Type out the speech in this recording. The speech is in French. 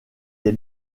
est